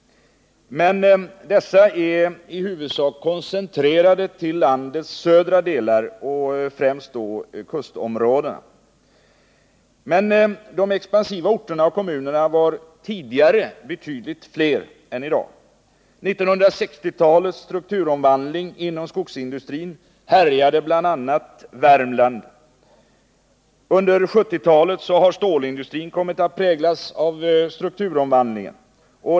Men dessa är i huvudsak koncentrerade till landets södra delar och då främst kustområdena. De expansiva orterna och kommunerna var tidigare betydligt fler än i dag. 1960-talets strukturomvandling inom skogsindustrin härjade i bl.a. Värmland. Under 1970-talet har stålindustrin kommit att präglas av strukturomvandlingen.